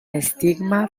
estigma